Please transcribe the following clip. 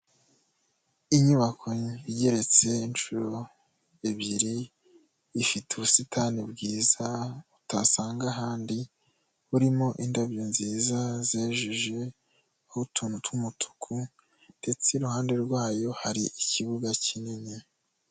Inyubako igereretse inshuro ebyiri, ifite ubusitani bwiza bu utasanga ahandi burimo indabyo nziza zejeje utuntu twumutuku ndetse iruhande rwayo hari ikibuga kinini.